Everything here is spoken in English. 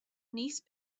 niece